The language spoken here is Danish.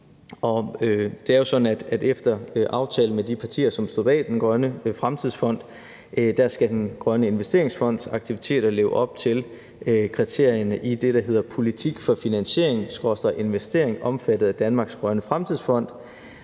Det er jo sådan, at efter aftale med de partier, som stod bag Danmarks Grønne Fremtidsfond, skal Danmarks Grønne Investeringsfonds aktiviteter leve op til kriterierne i det, der hedder »Politik for finansiering/investering omfattet af Danmarks Grønne Fremtidsfond«.